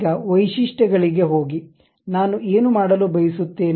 ಈಗ ವೈಶಿಷ್ಟ್ಯಗಳಿಗೆ ಹೋಗಿ ನಾನು ಏನು ಮಾಡಲು ಬಯಸುತ್ತೇನೆ